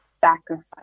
sacrifice